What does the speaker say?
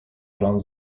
plan